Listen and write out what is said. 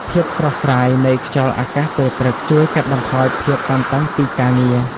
ភាពស្រស់ស្រាយនៃខ្យល់អាកាសពេលព្រឹក ជួយកាត់បន្ថយភាពតានតឹងពីការងារ។